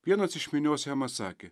vienas iš minios jam atsakė